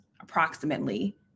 approximately